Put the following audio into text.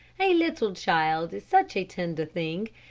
a little child is such a tender thing.